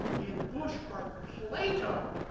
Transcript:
and bush, are plato,